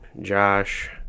Josh